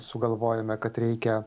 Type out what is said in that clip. sugalvojome kad reikia